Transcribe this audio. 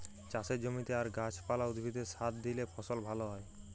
চাষের জমিতে আর গাহাচ পালা, উদ্ভিদে সার দিইলে ফসল ভাল হ্যয়